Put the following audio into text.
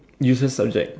useless subject